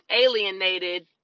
alienated